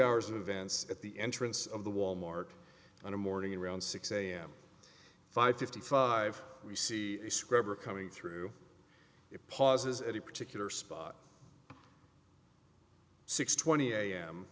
hours in advance at the entrance of the wal mart on a morning around six am five fifty five we see scrubber coming through it pauses any particular spot six twenty am